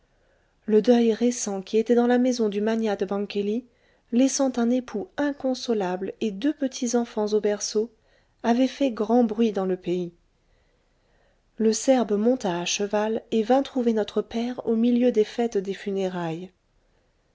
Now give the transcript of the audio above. le deuil récent qui était dans la maison du magnat de bangkeli laissant un époux inconsolable et deux petits enfants au berceau avait fait grand bruit dans le pays le serbe monta à cheval et vint trouver notre père au milieu des fêtes des funérailles